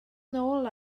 nôl